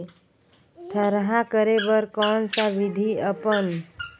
थरहा करे बर कौन सा विधि अपन?